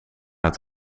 het